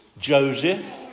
Joseph